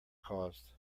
caused